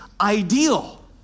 ideal